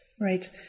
right